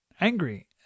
angry